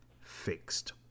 fixed